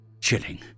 Chilling